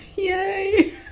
Yay